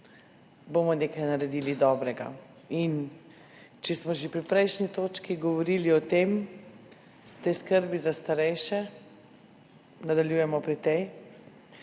bomo naredili nekaj dobrega. Če smo že pri prejšnji točki govorili o tem, o skrbi za starejše, nadaljujemo pri tem.